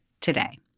today